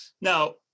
Now